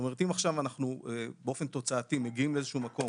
אם עכשיו אנחנו באופן תוצאתי מגיעים לאיזשהו מקום